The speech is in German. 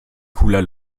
cooler